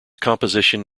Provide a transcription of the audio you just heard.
composition